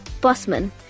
Bossman